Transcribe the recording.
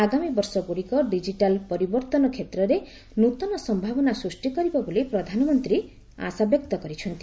ଆଗାମୀ ବର୍ଷଗୁଡିକ ଡିଜିଟାଲ ପରିବର୍ତ୍ତନ କ୍ଷେତ୍ରରେ ନୃତନ ସମ୍ଭାବନା ସ୍କୃଷ୍ଟି କରିବ ବୋଲି ପ୍ରଧାନମନ୍ତ୍ରୀ ଆଶାବ୍ୟକ୍ତ କରିଛନ୍ତି